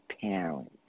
parents